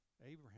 Abraham